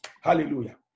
Hallelujah